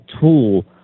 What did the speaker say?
tool